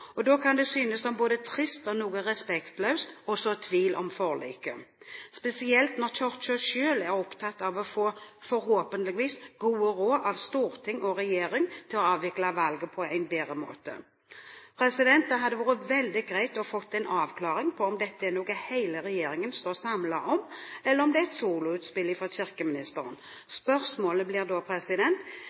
kirkevalget. Da kan det synes som både trist og noe respektløst å så tvil om forliket, spesielt når Kirken selv er opptatt av å få forhåpentligvis gode råd av storting og regjering til å avvikle valget på en bedre måte. Det hadde vært veldig greit å få en avklaring på om dette er noe hele regjeringen står samlet om, eller om det er et soloutspill fra kirkeministeren. Spørsmålet blir da: